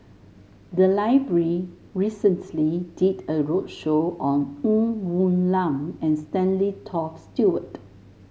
the library recently did a roadshow on Ng Woon Lam and Stanley Toft Stewart